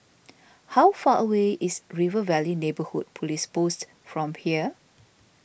how far away is River Valley Neighbourhood Police Post from here